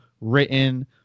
written